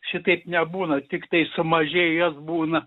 šitaip nebūna tiktai sumažėjęs būna